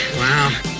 wow